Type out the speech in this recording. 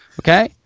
Okay